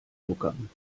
tuckern